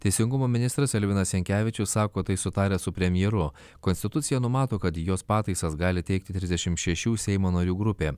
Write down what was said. teisingumo ministras elvinas jankevičius sako tai sutaręs su premjeru konstitucija numato kad jos pataisas gali teikti trisdešimt šešių seimo narių grupė